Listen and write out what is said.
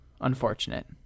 unfortunate